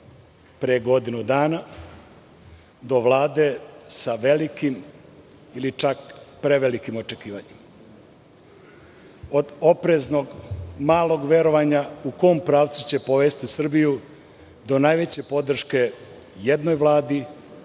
pre godinu dana do Vlade sa velikim ili čak prevelikim očekivanjima, od opreznog malog verovanja u kom pravcu će povesti Srbiju do najveće podrške jednoj Vladi